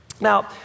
Now